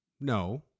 no